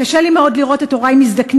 קשה לי מאוד לראות את הורי מזדקנים,